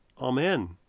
Amen